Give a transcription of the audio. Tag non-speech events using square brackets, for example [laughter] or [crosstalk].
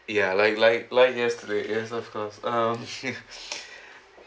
ya like like like yesterday yes of course um [laughs]